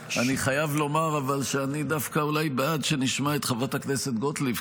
אני חייב לומר אבל שאני דווקא בעד שנשמע את חברת גוטליב,